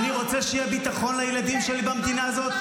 אני רוצה שיהיה ביטחון לילדים שלי במדינה הזו?